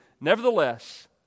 Nevertheless